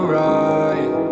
right